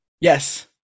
Yes